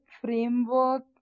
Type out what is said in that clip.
framework